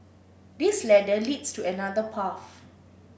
this ladder leads to another path